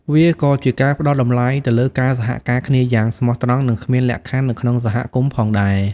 វាក៏ជាការផ្តល់តម្លៃទៅលើការសហការគ្នាយ៉ាងស្មោះត្រង់និងគ្មានលក្ខខណ្ឌនៅក្នុងសហគមន៍ផងដែរ។